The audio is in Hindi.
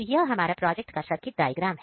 तो यह हमारा प्रोजेक्ट का सर्किट डायग्राम